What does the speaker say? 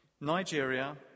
Nigeria